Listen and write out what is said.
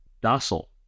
docile